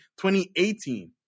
2018